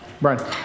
Brian